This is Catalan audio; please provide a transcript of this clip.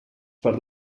per